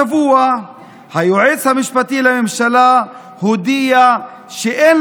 השבוע היועץ המשפטי לממשלה הודיע שאין